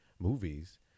movies